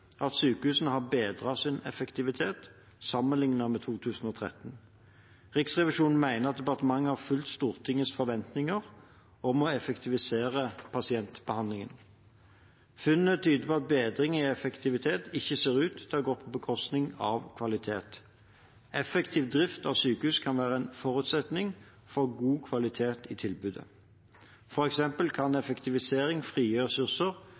at sykehusene har bedret sin effektivitet sammenlignet med i 2013. Riksrevisjonen mener at departementet har fulgt Stortingets forventninger om å effektivisere pasientbehandlingen. Funnene tyder på at bedring i effektivitet ikke ser ut til å ha gått på bekostning av kvalitet. Effektiv drift av sykehus kan være en forutsetning for god kvalitet i tilbudet. For eksempel kan effektivisering frigjøre ressurser